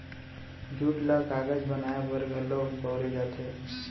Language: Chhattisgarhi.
जूट ल कागज बनाए बर घलौक बउरे जाथे